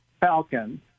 Falcon